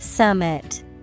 Summit